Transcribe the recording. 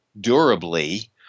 Durably